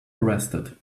arrested